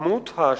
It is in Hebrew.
בדמות העשירים.